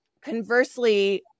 Conversely